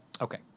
Okay